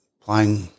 playing –